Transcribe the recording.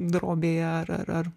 drobėje ar ar ar